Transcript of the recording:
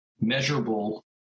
measurable